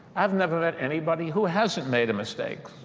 i've never met anybody who hasn't made a mistake.